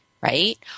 right